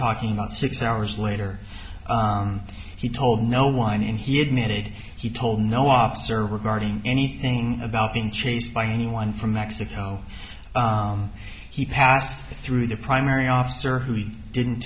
talking about six hours later he told no one in he admitted he told no officer regarding anything about being chased by anyone from mexico he passed through the primary officer who he didn't